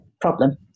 problem